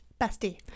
Bestie